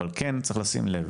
אבל כן צריך לשים לב,